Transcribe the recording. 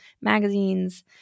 magazines